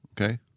okay